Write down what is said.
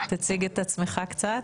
תציג את עצמך קצת.